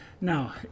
Now